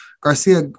Garcia